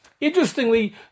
Interestingly